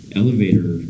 elevator